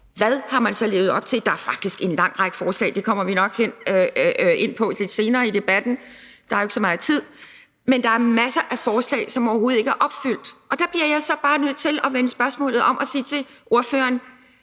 hvad har man så levet op til? Der er faktisk en lang række forslag, masser af forslag – og det kommer vi nok ind på lidt senere i debatten, der er ikke så meget tid nu – som overhovedet ikke er opfyldt. Og der bliver jeg så bare nødt til at vende spørgsmålet om og sige til ordføreren: